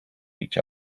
each